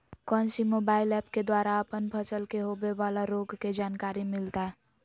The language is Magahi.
कौन सी मोबाइल ऐप के द्वारा अपन फसल के होबे बाला रोग के जानकारी मिलताय?